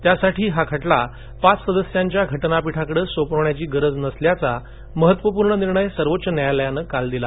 त्यासाठी हा खटला पाच सदस्यांच्या घटनापीठाकडे सोपवण्याची गरज नसल्याचा महत्त्वपूर्ण निर्णय सर्वोच्च न्यायालयाने काल दिला